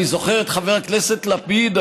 אני זוכר את חבר הכנסת לפיד,